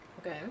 Okay